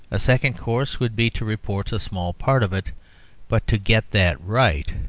a second course would be to report a small part of it but to get that right.